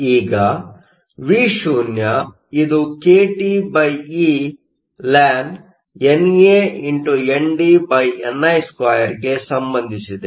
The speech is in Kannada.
ಈಗ Vo ಇದು kTe ln NANDni2 ಗೆ ಸಂಬಂಧಿಸಿದೆ